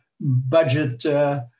budget